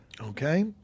Okay